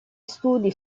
studi